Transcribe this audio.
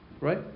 Right